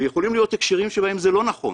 ויכולים להיות הקשרים שבהם זה לא נכון.